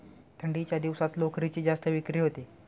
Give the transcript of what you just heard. थंडीच्या दिवसात लोकरीची जास्त विक्री होते